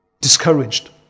discouraged